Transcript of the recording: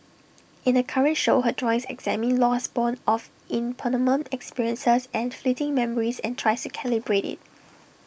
in the current show her drawings examine loss borne of impermanent experiences and fleeting memories and tries calibrate IT